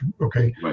okay